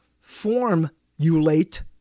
formulate